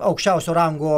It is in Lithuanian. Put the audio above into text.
aukščiausio rango